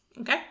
Okay